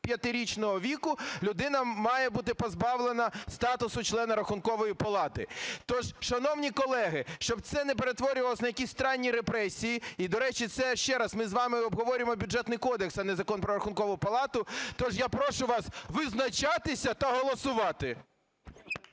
65-річного віку людина має бути позбавлена статусу члена Рахункової палати. Тож, шановні колеги, щоб це не перетворювалось на якісь странные репресії… І, до речі, це, ще раз, ми з вами обговорюємо Бюджетний кодекс, а не Закон "Про Рахункову палату". Тож я прошу вас визначатися та голосувати.